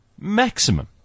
Maximum